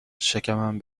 شکمم